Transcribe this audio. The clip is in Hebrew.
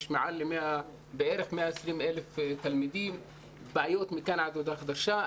יש בערך 120,000 תלמידים ובעיות מכאן ועד הודעה חדשה.